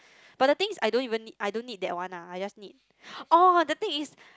but the thing is I don't even need I don't need that one lah I just need oh the thing is